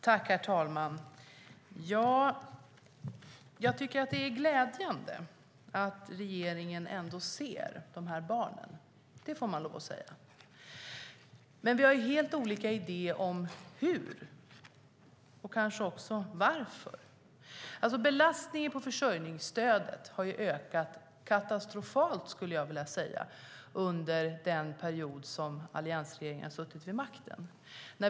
Herr talman! Jag tycker att det är glädjande att regeringen ändå ser de här barnen. Det får jag lov att säga. Men vi har helt olika idéer om hur, och kanske också varför, man ska göra det här. Belastningen på försörjningsstödet har ökat katastrofalt, skulle jag vilja säga, under den period som alliansregeringen har suttit vid makten.